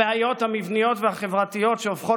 הבעיות המבניות והחברתיות שהופכות